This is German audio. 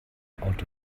auto